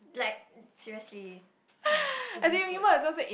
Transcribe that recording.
like seriously like if you could